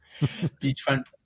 Beachfront